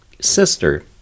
sister